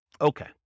Okay